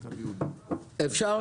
אפשר?